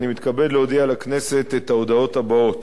אני מתכבד להודיע לכנסת את ההודעות הבאות: